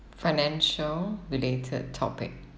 financial related topic